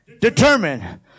determined